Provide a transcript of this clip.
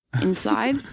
inside